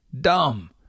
dumb